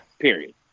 Period